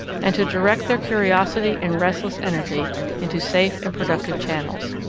and to direct their curiosity and restless energy into safe and productive channels.